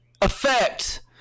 effect